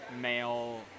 male